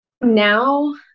now